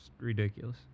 ridiculous